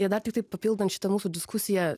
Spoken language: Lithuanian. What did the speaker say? ir dar tiktai papildant šitą mūsų diskusiją